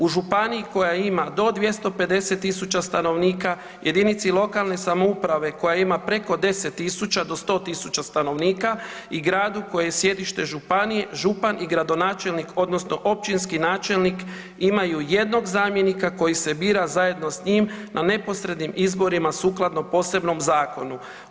U županiji koja ima do 250.000 stanovnika, jedinici lokalne samouprave koja ima preko 10.000 do 100.000 stanovnika i gradu koji je sjedište županije, župan i gradonačelnik odnosno općinski načelnik imaju jednog zamjenika koji se bira zajedno s njim na neposrednim izborima sukladno posebnom zakonu.